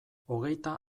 hogeita